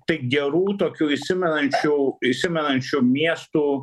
tai gerų tokių įsimenančių įsimenančių miestų